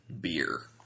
beer